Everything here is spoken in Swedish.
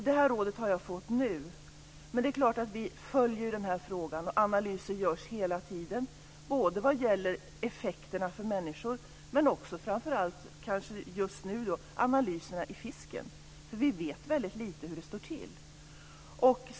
Det här rådet har jag fått nu, men det är klart att vi följer den här frågan, och analyser görs hela tiden vad gäller effekterna på människor men just nu framför allt i fisken. Vi vet väldigt lite om hur det står till.